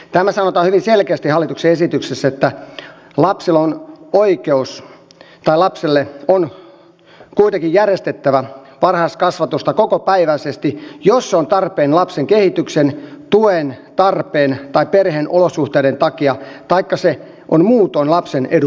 tämä sanotaan hyvin selkeästi hallituksen esityksessä että lapselle on kuitenkin järjestettävä varhaiskasvatusta kokopäiväisesti jos se on tarpeen lapsen kehityksen tuen tai perheen olosuhteiden takia taikka se muutoin on lapsen edun mukaista